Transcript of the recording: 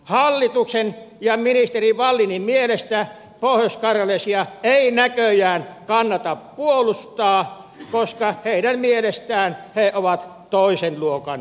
hallituksen ja ministeri wallinin mielestä pohjoiskarjalaisia ei näköjään kannata puolustaa koska heidän mielestään nämä ovat toisen luokan kansalaisia